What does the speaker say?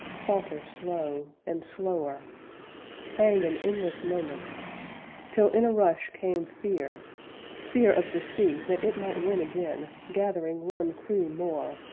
falter slow, and slower hang an endless moment till in a rush came fear fear of the sea, that it might win again, gathering one crew more,